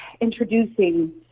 introducing